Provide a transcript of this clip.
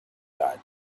that